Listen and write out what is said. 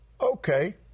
Okay